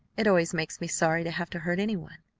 it always makes me sorry to have to hurt any one.